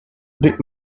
big